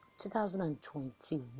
2021